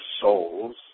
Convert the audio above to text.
souls